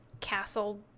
castle